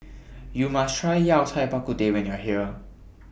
YOU must Try Yao Cai Bak Kut Teh when YOU Are here